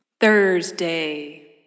Thursday